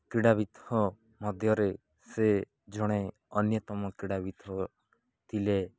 କ୍ରୀଡ଼ାବିତ ମଧ୍ୟରେ ସେ ଜଣେ ଅନ୍ୟତମ କ୍ରୀଡ଼ାବିତ ଥିଲେ